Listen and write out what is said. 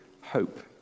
hope